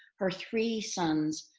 her three sons,